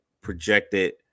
projected